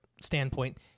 standpoint